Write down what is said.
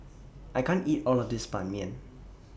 I can't eat All of This Ban Mian